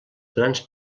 grans